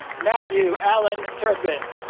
matthew alan turpin